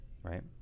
Right